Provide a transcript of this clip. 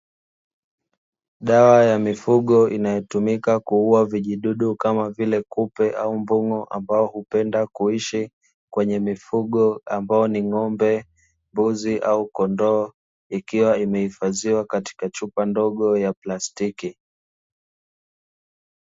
Dawa ya mifugo, inayotumika kuua vijidudu, kama vile; kupe au mbung’o ambao hupenda kuishi kwenye mifugo ambayo ni ng’ombe, mbuzi au kondoo, ikiwa imehifadhiwa katika chupa ndogo ya plastiki.